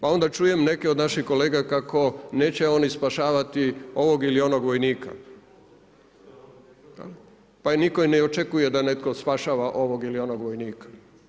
Pa onda čujem neke od naših kolega kako neće oni spašavati ovog ili onog vojnika pa nitko i ne očekuje da netko spašava ovog ili onog vojnika.